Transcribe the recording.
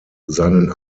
seinen